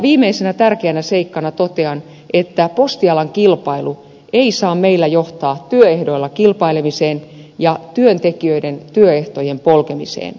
viimeisenä tärkeänä seikkana totean että postialan kilpailu ei saa meillä johtaa työehdoilla kilpailemiseen ja työntekijöiden työehtojen polkemiseen